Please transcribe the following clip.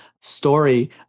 story